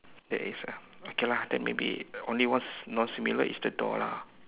there is ah okay lah then maybe only one non similar is the door lah